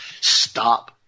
Stop